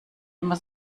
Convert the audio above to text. immer